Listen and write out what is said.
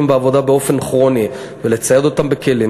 בעבודה באופן כרוני ולצייד אותם בכלים,